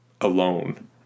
alone